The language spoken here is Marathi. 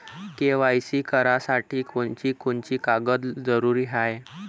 के.वाय.सी करासाठी कोनची कोनची कागद जरुरी हाय?